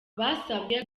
basabwe